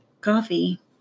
coffee